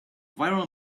viral